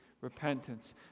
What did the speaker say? repentance